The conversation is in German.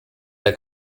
der